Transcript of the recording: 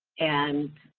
and